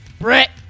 brett